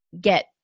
get